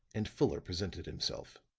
and fuller presented himself.